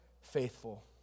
faithful